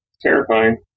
Terrifying